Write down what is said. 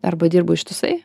arba dirbu ištisai